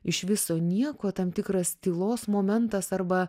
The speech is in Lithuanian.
iš viso nieko tam tikras tylos momentas arba